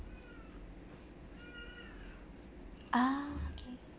ah okay